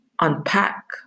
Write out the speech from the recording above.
unpack